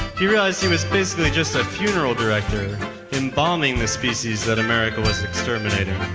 he realized he was basically just a funeral director embalming this species that america was exterminating.